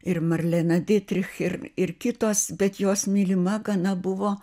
ir marlena dietrich ir ir kitos bet jos mylima gana buvo